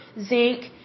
zinc